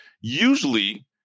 Usually